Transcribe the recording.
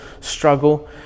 struggle